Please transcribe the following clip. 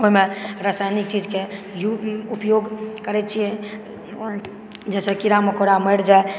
ओहिमे रासायनिक चीजके उपयोग करै छियै जाहिसॅं कीड़ा मकोड़ा मरि जाए